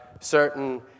certain